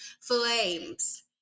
flames